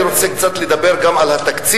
אני רוצה לדבר קצת גם על התקציב.